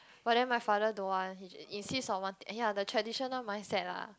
but then my father don't want he insist on want ya the traditional mindset lah